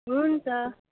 हुन्छ